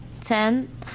Ten